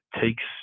takes